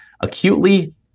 acutely